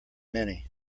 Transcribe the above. many